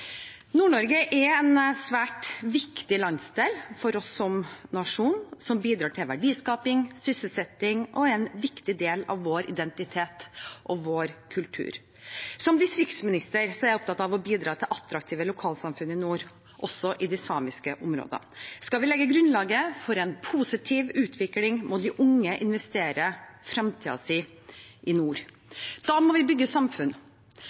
Nord-Norge er en svært viktig landsdel for oss som nasjon. Den bidrar til verdiskaping, sysselsetting og er en viktig del av vår identitet og vår kultur. Som distriktsminister er jeg opptatt av å bidra til attraktive lokalsamfunn i nord, også i de samiske områdene. Skal vi legge grunnlaget for en positiv utvikling, må de unge investere fremtiden sin i nord. Da må vi bygge samfunn